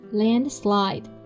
landslide